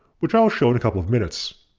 which i'll show in a couple of minutes.